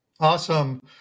Awesome